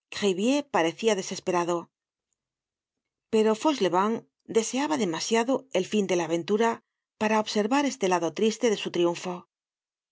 gribier parecia desesperado pero fauchelevent deseaba demasiado el fin de la aventura para observar este lado triste de su triunfo